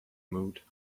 mood